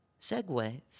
Segway